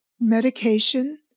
medication